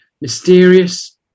mysterious